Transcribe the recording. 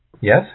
Yes